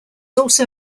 also